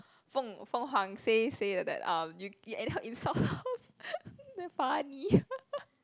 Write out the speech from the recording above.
Fong Fong-Huang say say that that uh you you anyhow insult damn funny